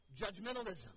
judgmentalism